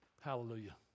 Hallelujah